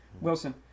Wilson